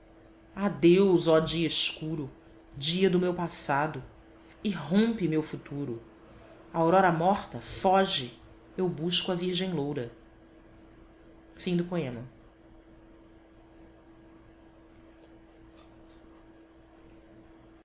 claridade adeus oh dia escuro dia do meu passado irrompe meu futuro aurora morta foge eu busco a virgem loura